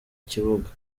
kibuga